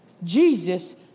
Jesus